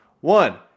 one